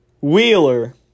Wheeler